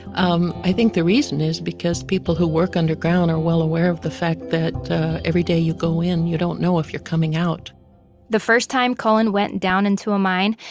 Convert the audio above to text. um i think the reason is because people who work underground are well aware of the fact that every day you go in, you don't know if you're coming out the first time cullen went down into a mine,